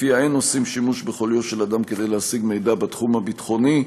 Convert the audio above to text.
שלפיה "אין עושים שימוש בחוליו של אדם כדי להשיג מידע בתחום הביטחוני",